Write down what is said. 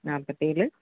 நாப்பத்தேழு